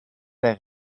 der